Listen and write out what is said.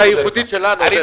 --- הייחודית שלנו, עודד.